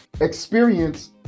experience